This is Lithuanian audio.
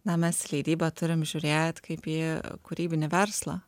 na mes į leidybą turim žiūrėt kaip į kūrybinį verslą